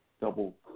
double